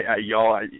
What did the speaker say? Y'all